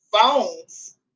phones